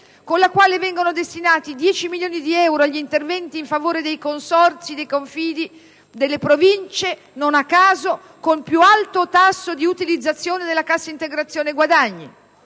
con la quale vengono destinati 10 milioni di euro agli interventi in favore dei consorzi Confidi delle Province che - non a caso - presentano il più alto tasso di utilizzazione della cassa integrazione guadagni.